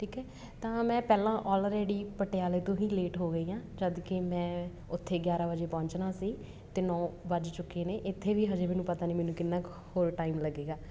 ਠੀਕ ਹੈ ਤਾਂ ਮੈਂ ਪਹਿਲਾਂ ਆਲਰੇਡੀ ਪਟਿਆਲੇ ਤੋਂ ਹੀ ਲੇਟ ਹੋ ਗਈ ਹਾਂ ਜਦਕਿ ਮੈਂ ਉੱਥੇ ਗਿਆਰਾਂ ਵਜੇ ਪਹੁੰਚਣਾ ਸੀ ਅਤੇ ਨੌ ਵੱਜ ਚੁੱਕੇ ਨੇ ਇੱਥੇ ਵੀ ਅਜੇ ਮੈਨੂੰ ਪਤਾ ਨਹੀਂ ਮੈਨੂੰ ਕਿੰਨਾ ਕੁ ਹੋਰ ਟਾਈਮ ਲੱਗੇਗਾ